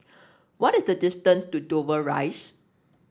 what is the distance to Dover Rise